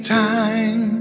time